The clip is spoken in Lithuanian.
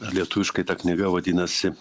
lietuviškai ta knyga vadinasi